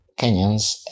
Kenyans